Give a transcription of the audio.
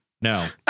No